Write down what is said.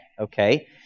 okay